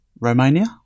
Romania